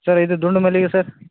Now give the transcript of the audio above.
sir ಇದು ದುಂಡು ಮಲ್ಲಿಗೆ ಸರ್